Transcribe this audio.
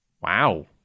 Wow